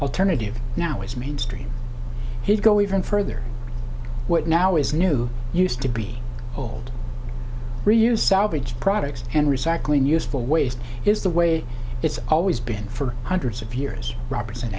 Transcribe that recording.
alternative now is mainstream he'd go even further what now is new used to be old reuse salvaged products and recycling useful ways is the way it's always been for hundreds of years r